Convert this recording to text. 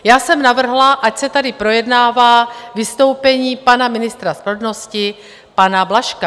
Já jsem navrhla, ať se tady projednává vystoupení pana ministra spravedlnosti, pana Blažka.